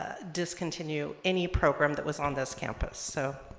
ah discontinue any program that was on this campus so